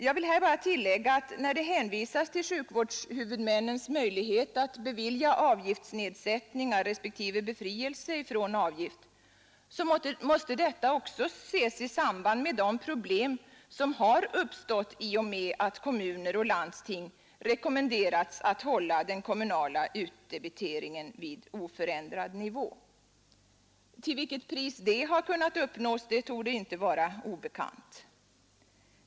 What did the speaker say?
Jag vill tillägga att när det hänvisas till sjukvårdshuvudmännens möjlighet att bevilja avgiftsnedsättningar respektive befrielse från avgift, så måste detta också ses i samband med de problem som har uppstått i och med att kommuner och landsting rekommenderats att hålla den kommunala utdebiteringen på oförändrad nivå. Till vilket pris det har kunnat uppnås torde inte vara obekant.